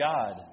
God